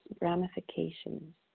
ramifications